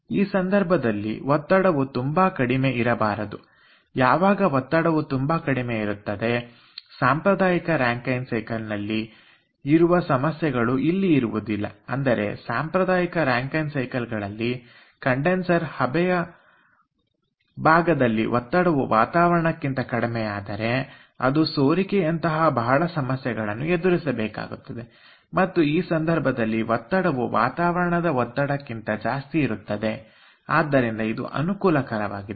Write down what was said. ಈ ಸಂದರ್ಭದಲ್ಲಿ ಒತ್ತಡವು ತುಂಬಾ ಕಡಿಮೆ ಇರಬಾರದು ಯಾವಾಗ ಒತ್ತಡವು ತುಂಬಾ ಕಡಿಮೆ ಇರುತ್ತದೆ ಸಾಂಪ್ರದಾಯಿಕ ರಾಂಕೖೆನ್ ಸೈಕಲ್ ನಲ್ಲಿ ಇರುವ ಸಮಸ್ಯೆಗಳು ಇಲ್ಲಿ ಇರುವುದಿಲ್ಲ ಅಂದರೆ ಸಾಂಪ್ರದಾಯಿಕ ರಾಂಕೖೆನ್ ಸೈಕಲ್ ಗಳಲ್ಲಿ ಕಂಡೆನ್ಸರ್ ಹಬೆಯ ಭಾಗದಲ್ಲಿ ಒತ್ತಡವು ವಾತಾವರಣಕ್ಕಿಂತ ಕಡಿಮೆಯಾದರೆ ಅದು ಸೋರಿಕೆಯಂತಹ ಬಹಳ ಸಮಸ್ಯೆಗಳನ್ನು ಎದುರಿಸಬೇಕಾಗುತ್ತದೆ ಮತ್ತು ಈ ಸಂದರ್ಭದಲ್ಲಿ ಒತ್ತಡವು ವಾತಾವರಣದ ಒತ್ತಡಕ್ಕಿಂತ ಜಾಸ್ತಿ ಇರುತ್ತದೆ ಆದ್ದರಿಂದ ಇದು ಅನುಕೂಲಕರವಾಗಿದೆ